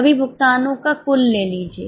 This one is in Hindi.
सभी भुगतानो का कुल ले लीजिए